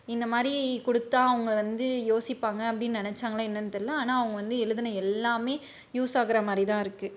இந்த மாதிரி கொடுத்தா அவங்க வந்து யோசிப்பாங்க அப்படின் நினைச்சாங்ளா என்னென் தெரில ஆனால் அவங்க வந்து எழுதின எல்லாமே யூஸ் ஆகிற மாதிரி தான் இருக்குது